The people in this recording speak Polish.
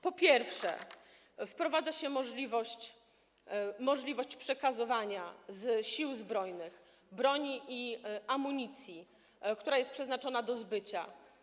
Po pierwsze, wprowadza się możliwość przekazywania z Sił Zbrojnych broni i amunicji, które są przeznaczone do zbycia.